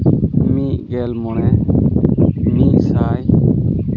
ᱢᱤᱫ ᱜᱮᱞ ᱢᱚᱬᱮ ᱢᱤᱫ ᱥᱟᱭ